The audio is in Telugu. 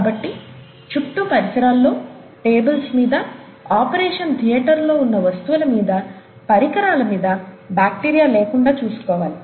కాబట్టి చుట్టూ పరిసరాల్లో టేబుల్స్ మీద ఆపరేషన్ థియేటర్ లో ఉన్న వస్తువుల మీద పరికరాల మీద బాక్టీరియా లేకుండా చూసుకోవాలి